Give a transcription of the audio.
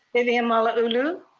vivian malauulu?